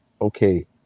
okay